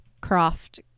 Croft